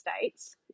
States